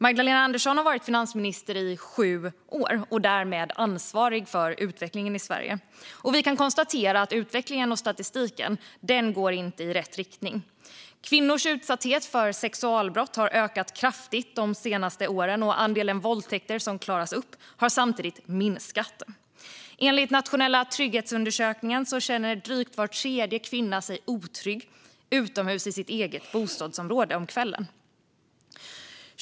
Magdalena Andersson har varit finansminister i sju år och är därmed ansvarig för utvecklingen i Sverige. Vi kan konstatera att utvecklingen och statistiken inte går i rätt riktning. Kvinnors utsatthet när det gäller sexualbrott har ökat kraftigt de senaste åren. Andelen våldtäkter som klaras upp har samtidigt minskat. Enligt Nationella trygghetsundersökningen känner drygt var tredje kvinna sig otrygg utomhus i sitt eget bostadsområde om kvällen.